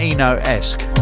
Eno-esque